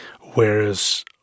Whereas